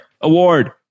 Award